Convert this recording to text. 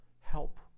help